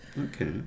Okay